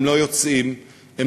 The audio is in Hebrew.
הם לא יוצאים לרחובות,